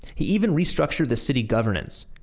he even restructured the city governance.